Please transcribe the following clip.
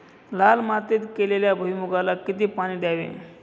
लाल मातीत केलेल्या भुईमूगाला किती पाणी द्यावे?